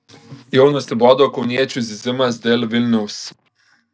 jau nusibodo kauniečių zyzimas dėl vilniaus